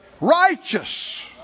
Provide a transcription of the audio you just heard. Righteous